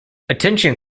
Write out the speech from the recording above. attention